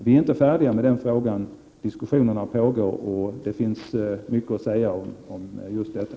Vi är inte färdiga med den frågan. Diskussionerna pågår, och det finns mycket att säga om just detta.